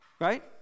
Right